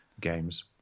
games